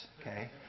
okay